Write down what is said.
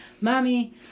mommy